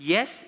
Yes